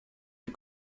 des